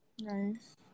nice